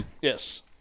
yes